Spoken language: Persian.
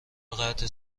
قطع